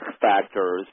factors